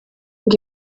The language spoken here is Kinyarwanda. ngo